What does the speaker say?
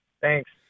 Thanks